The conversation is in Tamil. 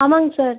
ஆமாங்க சார்